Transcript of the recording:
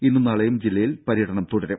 ഇന്നും നാളെയും ജില്ലയിൽ പര്യടനം തുടരും